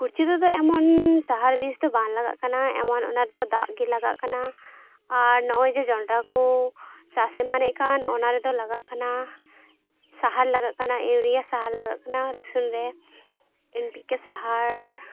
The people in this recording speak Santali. ᱠᱩᱲᱪᱟᱹ ᱨᱮᱫᱚ ᱮᱢᱚᱱ ᱥᱟᱦᱟᱨ ᱵᱤᱥᱫᱚ ᱵᱟᱝ ᱞᱟᱜᱟᱜ ᱠᱟᱱᱟ ᱮᱢᱟᱱ ᱚᱱᱟ ᱨᱮᱫᱚ ᱫᱟᱜ ᱜᱮ ᱞᱟᱜᱟᱜ ᱠᱟᱱᱟ ᱟᱨ ᱱᱚᱜᱼᱚᱸᱭ ᱡᱮ ᱡᱚᱱᱰᱨᱟᱠᱚ ᱪᱟᱥ ᱮᱢᱟᱱᱮᱫ ᱠᱟᱱ ᱚᱱᱟ ᱨᱮᱫᱚ ᱞᱟᱜᱟᱜ ᱠᱟᱱᱟ ᱥᱟᱦᱟᱨ ᱞᱟᱜᱟᱜ ᱠᱟᱱᱟ ᱤᱭᱩᱨᱤᱭᱟ ᱥᱟᱦᱟᱨ ᱞᱟᱜᱟᱜ ᱠᱟᱱᱟ ᱨᱟᱹᱥᱩᱱ ᱨᱮ ᱮᱱ ᱯᱤ ᱠᱮ ᱥᱟᱦᱟᱨ